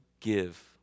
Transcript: give